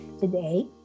Today